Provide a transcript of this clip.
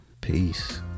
peace